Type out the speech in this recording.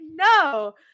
no